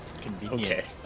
Convenient